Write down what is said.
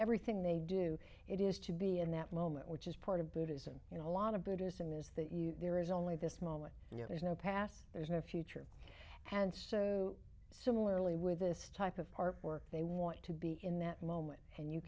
everything they do it is to be in that moment which is part of buddhism you know a lot of buddhism is that you there is only this moment and there is no past there's no future and so similarly with this type of art work they want to be in that moment and you